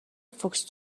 فوکس